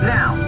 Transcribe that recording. Now